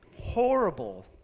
horrible